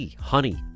honey